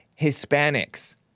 Hispanics